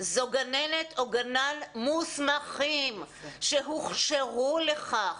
זו גננת או גנן מוסמכים שהוכשרו לכך.